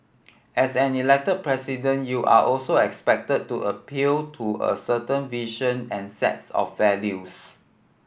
as an Elected President you are also expected to appeal to a certain vision and sets of values